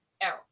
arrow